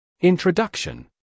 Introduction